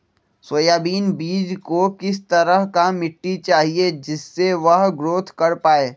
Soybean बीज को किस तरह का मिट्टी चाहिए जिससे वह ग्रोथ कर पाए?